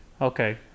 okay